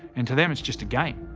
and to them it's just a game.